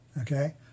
Okay